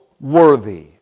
worthy